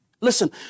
listen